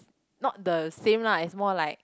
not the same lah it's more like